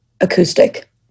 acoustic